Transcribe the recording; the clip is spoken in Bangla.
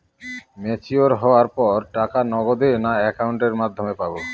ম্যচিওর হওয়ার পর টাকা নগদে না অ্যাকাউন্টের মাধ্যমে পাবো?